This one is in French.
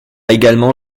également